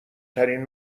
ترین